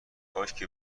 کاشکی